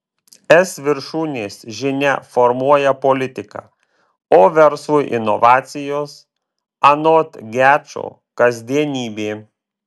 es viršūnės žinia formuoja politiką o verslui inovacijos anot gečo kasdienybė